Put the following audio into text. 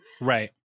right